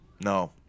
No